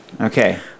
Okay